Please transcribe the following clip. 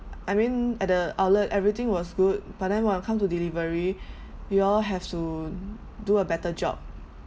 I mean at the outlet everything was good but then when I come to delivery you all have to do a better job